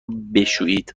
بشویید